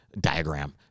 Diagram